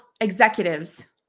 executives